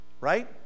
Right